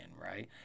right